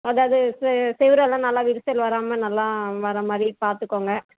அதாவது செ செவுரெல்லாம் நல்லா விரிசல் வராமல் நல்லா வர்ற மாதிரி பார்த்துக்கோங்க